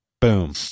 Boom